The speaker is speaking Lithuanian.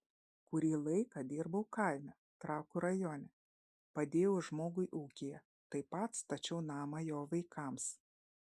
kurį laiką dirbau kaime trakų rajone padėjau žmogui ūkyje taip pat stačiau namą jo vaikams